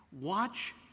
Watch